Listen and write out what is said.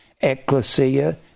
ecclesia